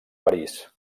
parís